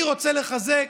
אני רוצה לחזק